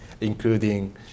including